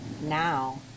now